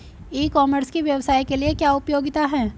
ई commerce की व्यवसाय के लिए क्या उपयोगिता है?